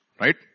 right